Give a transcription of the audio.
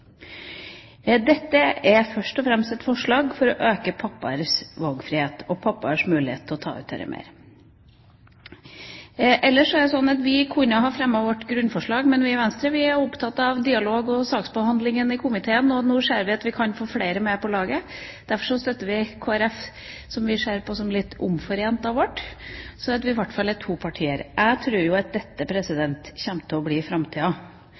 Dette er først og fremst et forslag om å øke fedres valgfrihet og fedres mulighet til å ta ut lengre permisjon. Vi kunne ha fremmet vårt grunnforslag, men vi i Venstre er opptatt av dialog og av saksbehandlingen i komiteen, og nå ser vi at vi kan få flere med på laget. Derfor støtter vi Kristelig Folkepartis forslag, som vi ser på som et litt omforent forslag av vårt. Så er vi i hvert fall to partier. Jeg tror at dette kommer til å bli framtida,